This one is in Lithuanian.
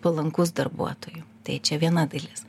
palankus darbuotojui tai čia viena dalis